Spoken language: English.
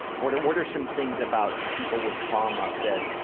what are what are some things about people with trauma that